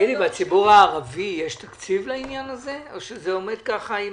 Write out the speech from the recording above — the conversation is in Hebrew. בציבור הערבי יש תקציב לעניין הזה, או שזה עומד עם